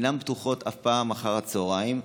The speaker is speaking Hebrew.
אינן פתוחות אף פעם אחר הצוהריים.